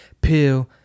pill